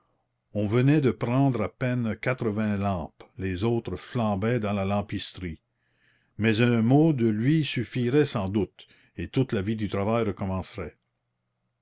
on venait de prendre à peine quatre-vingts lampes les autres flambaient dans la lampisterie mais un mot de lui suffirait sans doute et toute la vie du travail recommencerait